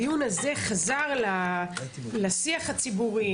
הדיון הזה חזר לשיח הציבורי,